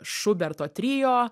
šuberto trio